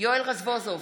יואל רזבוזוב,